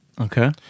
Okay